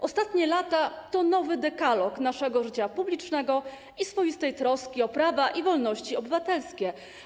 Ostatnie lata to nowy dekalog naszego życia publicznego i swoistej troski o prawa i wolności obywatelskie.